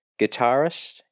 Guitarist